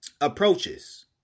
approaches